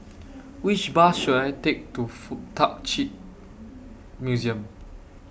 Which Bus should I Take to Fuk Tak Chi Museum